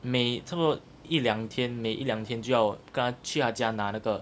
每差不多一两天每一两天就要跟他去他家拿那个